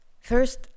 First